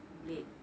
babe